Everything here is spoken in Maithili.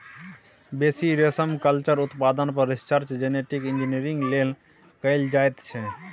बेसी रेशमकल्चर उत्पादन पर रिसर्च जेनेटिक इंजीनियरिंग लेल कएल जाइत छै